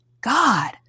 God